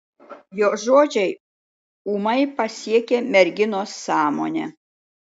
jo žodžiai ūmai pasiekė merginos sąmonę